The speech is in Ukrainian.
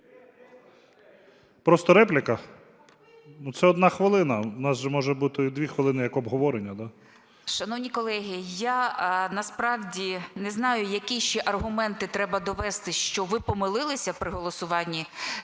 Просто репліка? Ну, це 1 хвилина. У нас же може бути і 2 хвилини як обговорення,